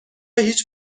هیچ